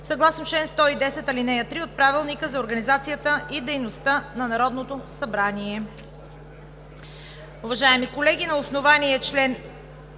съгласно чл. 110, ал. 3 от Правилника за организацията и дейността на Народното събрание.